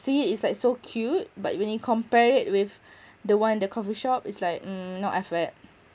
see it it's like so cute but when you compare it with the one at the coffee shop it's like mm no effort